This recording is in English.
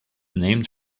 named